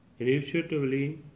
initiatively